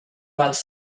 else